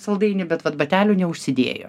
saldainį bet vat batelių neužsidėjo